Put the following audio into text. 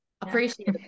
appreciate